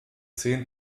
zehn